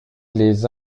les